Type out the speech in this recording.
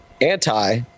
anti